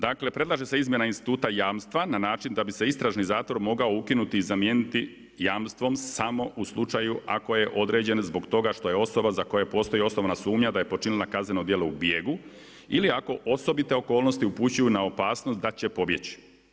Dakle, predlaže se izmjena instituta jamstva na način da bi se istražni zatvor mogao ukinuti i zamijeniti jamstvom samo u slučaju ako je određen zbog toga što je osoba za koje postoji osnovana sumnja da je počinila kazneno djelo u bijegu ili ako osobite okolnosti upućuju na opasnost da će pobjeći.